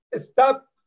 Stop